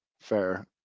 fair